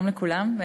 שלום לכולם,